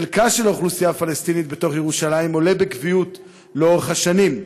חלקה של האוכלוסייה הפלסטינית בתוך ירושלים עולה בקביעות לאורך השנים,